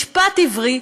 משפט עברי,